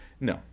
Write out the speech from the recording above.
No